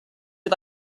you